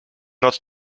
not